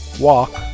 walk